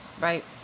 Right